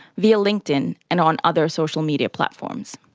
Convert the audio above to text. via linkedin and on other social media platforms.